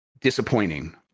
disappointing